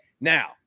Now